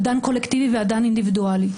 אדן קולקטיבי ואדן אינדיבידואלי.